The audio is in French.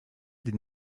des